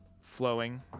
flowing